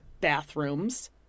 bathrooms